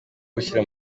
gushyira